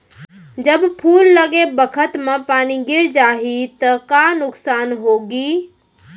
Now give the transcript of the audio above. जब फूल लगे बखत म पानी गिर जाही त का नुकसान होगी?